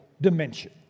dimension